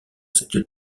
cette